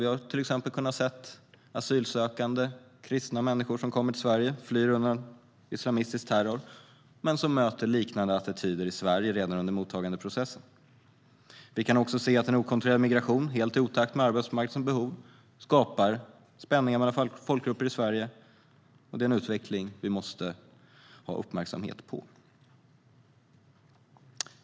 Vi har till exempel kunnat se kristna asylsökande som kommer till Sverige och flyr undan islamistisk terror men som möter liknande attityder i Sverige redan under mottagandeprocessen. Vi kan också se att en okontrollerad migration helt i otakt med arbetsmarknadens behov skapar spänningar mellan folkgrupper i Sverige. Det är en utveckling vi måste ha uppmärksamhet på.